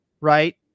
right